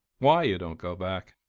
why you don't go back?